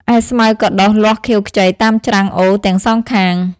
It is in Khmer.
ឯស្មៅក៏ដុះលាស់ខៀវខ្ចីតាមច្រាំងអូរទាំងសងខាង ។